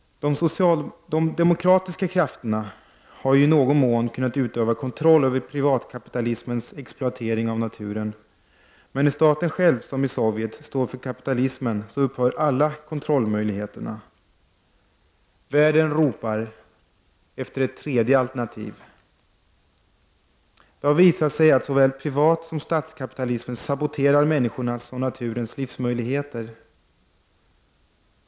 De demokratiska krafterna har ju i någon mån kunnat utöva kontroll över privatkapitalismens exploatering av naturen. Men när staten själv, som i Sovjet, står för kapitalismen upphör alla kontrollmöjligheter. Världen ropar efter ett tredje alternativ. Det har visat sig att såväl privatsom statskapitalismen saboterar människornas och naturens livsmöjligheter.